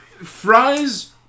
Fries